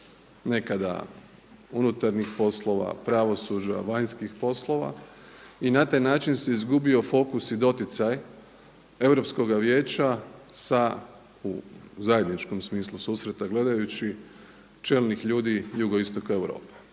nekada unutarnjih poslova, pravosuđa, vanjskih poslova i na taj način se izgubio fokus i doticaj Europskoga vijeća sa zajedničkom smislu susreta gledajući čelnih ljudi Jugoistoka Europe.